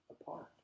apart